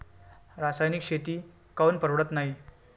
रासायनिक शेती काऊन परवडत नाई?